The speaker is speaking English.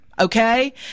Okay